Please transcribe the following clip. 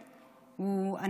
השילוב,